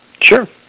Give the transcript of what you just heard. Sure